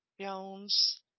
Jones